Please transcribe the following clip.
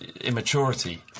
immaturity